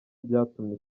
byatumye